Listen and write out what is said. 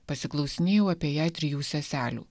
pasiklausinėjau apie ją trijų seselių